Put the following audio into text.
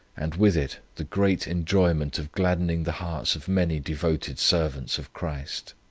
and with it the great enjoyment of gladdening the hearts of many devoted servants of christ.